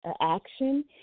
action